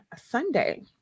Sunday